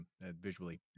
visually